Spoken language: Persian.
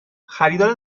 خریدار